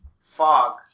fog